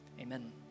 amen